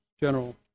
general